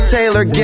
Taylor